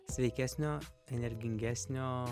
sveikesnio energingesnio